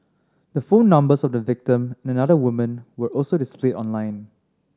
the phone numbers of the victim and another woman were also displayed online